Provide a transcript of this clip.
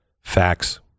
facts